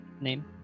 name